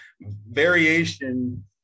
variation